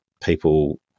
people